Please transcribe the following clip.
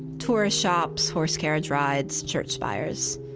tourist shops, horse carriage rides, church spires.